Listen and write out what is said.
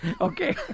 Okay